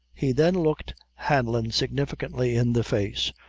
he then looked hanlon significantly in the face,